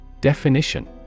Definition